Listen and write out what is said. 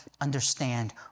understand